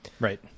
right